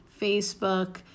Facebook